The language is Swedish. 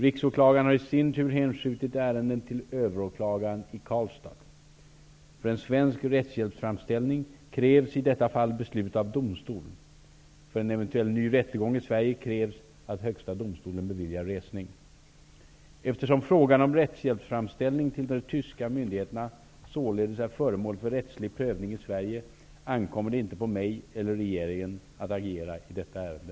Riksåklagaren har i sin tur hänskjutit ärendet till överåklagaren i Karlstad. För en svensk rättshjälpsframställning krävs i detta fall beslut av domstol. För en eventuell ny rättegång i Sverige krävs att Högsta domstolen beviljar resning. Eftersom frågan om en rättshjälpsframställning till de tyska myndigheterna således är föremål för rättslig prövning i Sverige, ankommer det inte på mig eller regeringen att agera i detta ärende.